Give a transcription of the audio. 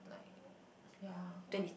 yeah like on